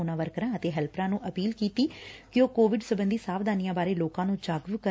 ਉਨਾਂ ਵਰਕਰਾਂ ਅਤੇ ਹੈਲਪਰਾਂ ਨੂੰ ਅਪੀਲ ਕੋੀਤੀ ਕਿ ਉਹ ਕੋਵਿਡ ਸਬੰਧੀ ਸਾਵਧਾਨੀਆਂ ਬਾਰੇ ਲੋਕਾ ਨੂੰ ਜਾਗਰੁਕ ਕਰਨ